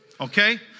okay